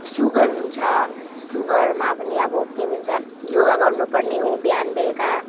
sugar हुन्छ सुगरमा पनि अब के भन्छ योगा गर्नुपर्ने हो बिहान बेलुका